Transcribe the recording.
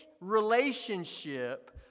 relationship